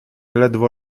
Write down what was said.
ledwo